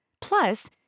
Plus